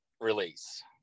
release